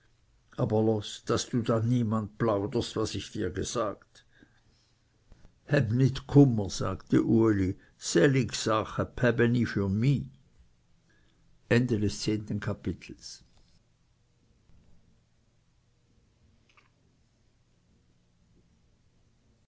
aber los daß du dann niemand plauderst was ich dir gesagt häb nit kummer sagte uli sellig sache bhäben ih für mih